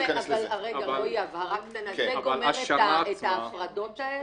הבהרה - זה גומר את ההפרדות האלה?